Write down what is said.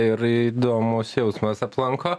ir įdomus jausmas aplanko